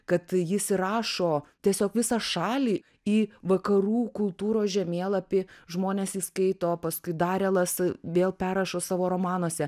kad jis įrašo tiesiog visą šalį į vakarų kultūros žemėlapį žmonės jį skaito paskui darelas vėl perrašo savo romanuose